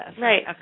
Right